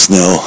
no